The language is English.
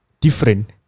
different